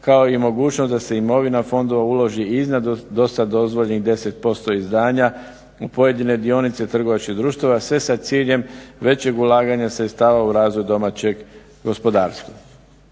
kao i mogućnost da se imovina fondova uloži iznad dosad dozvoljenih 10% izdanja u pojedine dionice trgovačkih društava sve sa ciljem većeg ulaganja sredstava u razvoju domaćeg gospodarstva.